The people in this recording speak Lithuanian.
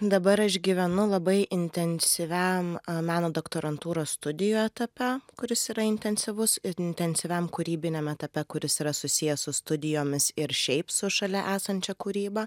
dabar aš gyvenu labai intensyviam meno doktorantūros studijų etape kuris yra intensyvus ir intensyviam kūrybiniam etape kuris yra susijęs su studijomis ir šiaip su šalia esančia kūryba